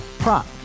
Prop